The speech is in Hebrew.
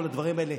כל הדברים האלה.